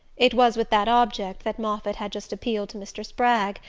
it was with that object that moffatt had just appealed to mr. spragg,